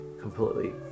completely